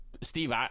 Steve